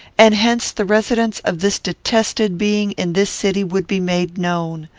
and hence the residence of this detested being in this city would be made known.